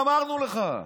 ואמרנו לך.